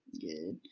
good